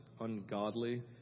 ungodly